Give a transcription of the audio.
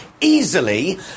easily